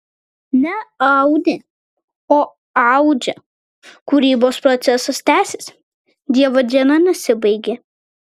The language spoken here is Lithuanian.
ne audė o audžia kūrybos procesas tęsiasi dievo diena nesibaigė